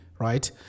Right